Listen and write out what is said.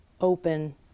open